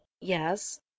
yes